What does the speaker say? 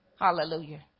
Hallelujah